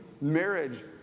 Marriage